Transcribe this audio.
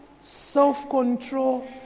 self-control